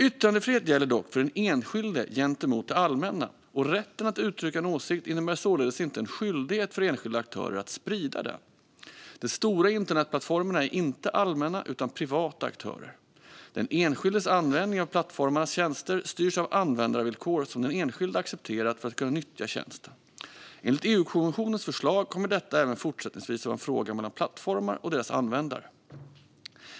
Yttrandefrihet gäller dock för den enskilde gentemot det allmänna, och rätten att uttrycka en åsikt innebär således inte en skyldighet för enskilda aktörer att sprida den. De stora internetplattformarna är inte allmänna utan privata aktörer. Den enskildes användning av plattformarnas tjänster styrs av användarvillkor som den enskilde accepterat för att kunna nyttja tjänsten. Enligt EU-kommissionens förslag kommer detta även fortsättningsvis att vara en fråga mellan plattformar och deras användare.